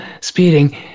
speeding